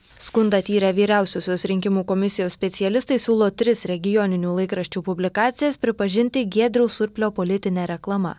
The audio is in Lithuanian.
skundą tyrę vyriausiosios rinkimų komisijos specialistai siūlo tris regioninių laikraščių publikacijas pripažinti giedriaus surplio politine reklama